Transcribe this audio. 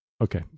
Okay